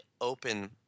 open